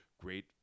great